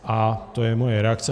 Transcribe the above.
A to je moje reakce.